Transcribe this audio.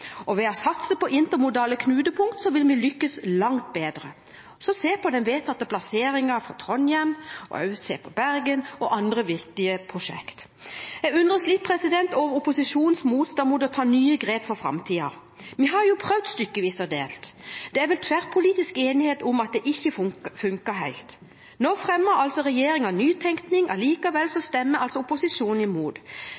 sjø. Ved å satse på intermodale knutepunkt vil vi lykkes langt bedre. Se på den vedtatte plasseringen for Trondheim, for Bergen og andre viktige prosjekt. Jeg undres litt over opposisjonens motstand mot å ta nye grep for framtiden. Vi har jo prøvd stykkevis og delt. Det er vel tverrpolitisk enighet om at det ikke funket helt. Nå fremmer altså regjeringen nytenking. Likevel stemmer opposisjonen imot.